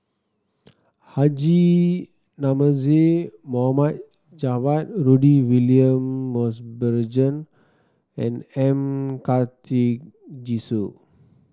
Haji Namazie Mohd Javad Rudy William Mosbergen and M Karthigesu